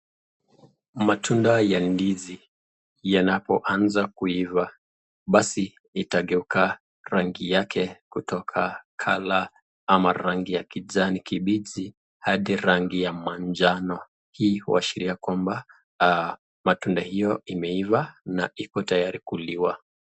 Matunda ya ndizi yanapoanza kuiva basi itageuka rangi yake kutoka colour ama rangi ya kijani kibichi hadi rangi ya manjano. Hii huashiria kwamba matunda hiyo imeiva na iko tayari kuliwa.